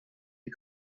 des